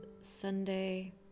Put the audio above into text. Sunday